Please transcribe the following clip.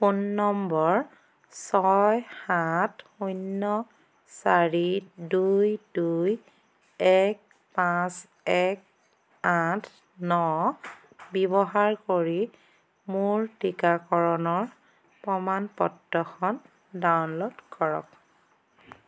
phone নম্বৰ ছয় সাত শূন্য চাৰি দুই দুই এক পাঁচ এক আঠ ন ব্যৱহাৰ কৰি মোৰ টিকাকৰণৰ প্ৰমাণ পত্ৰখন ডাউনল'ড কৰক